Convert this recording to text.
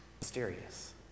mysterious